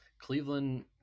Cleveland